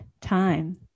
time